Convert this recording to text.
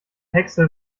hexe